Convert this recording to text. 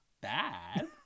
bad